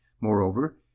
Moreover